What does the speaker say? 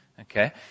Okay